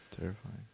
terrifying